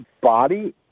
body